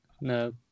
no